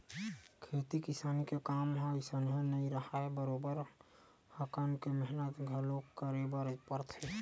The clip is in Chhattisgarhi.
खेती किसानी के काम ह अइसने नइ राहय बरोबर हकन के मेहनत घलो करे बर परथे